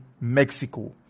Mexico